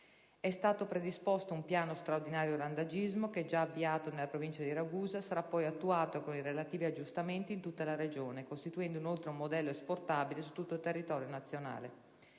È stato predisposto un "Piano straordinario randagismo" che, già avviato nella Provincia di Ragusa, sarà poi attuato con i relativi aggiustamenti in tutta la Regione, costituendo, inoltre, un modello esportabile su tutto il territorio nazionale.